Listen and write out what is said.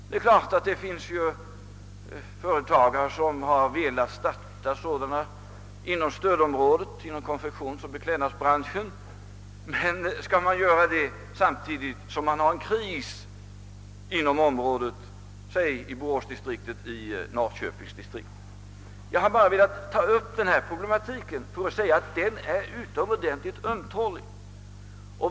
Det är givet att det finns företagare som velat starta konfektionseller beklädnadsföretag inom ett stödområde, men kan det anses riktigt att göra det samtidigt som man har en textilkris, t.ex. i boråseller norrköpingsdistriktet? Jag har bara velat beröra problematiken och framhålla att dessa frågor är utomordentligt ömtåliga.